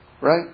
Right